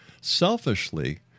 selfishly